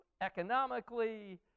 economically